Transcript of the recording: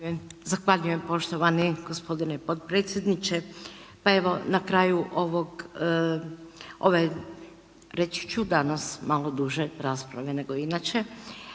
Zahvaljujem poštovani g. potpredsjedniče. Pa evo na kraju ovog, ove reći ću danas malo duže rasprave nego inače,